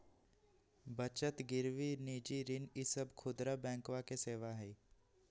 बचत गिरवी निजी ऋण ई सब खुदरा बैंकवा के सेवा हई